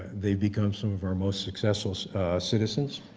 they've become some of our most successful citizens.